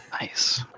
Nice